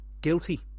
guilty